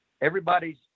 Everybody's –